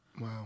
Wow